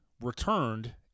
returned